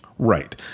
Right